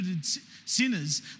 sinners